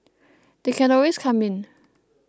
they can always come in